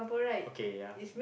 okay yeah